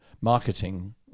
marketing